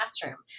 classroom